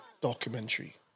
documentary